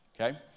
okay